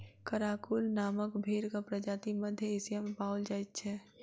Karakul नामक भेंड़क प्रजाति मध्य एशिया मे पाओल जाइत छै